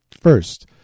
first